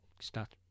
start